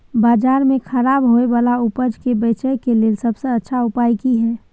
बाजार में खराब होय वाला उपज के बेचय के लेल सबसे अच्छा उपाय की हय?